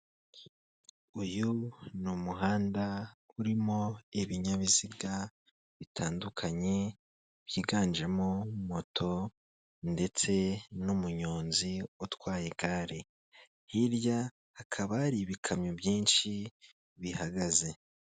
Uyu ni umuhanda urimo ibinyabiziga bitandukanye, byiganjemo moto ndetse n'umuyonzi utwaye igare hirya hakaba hari ibikamyo byinshi bihagaze.